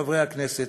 חברי הכנסת,